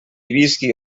visqui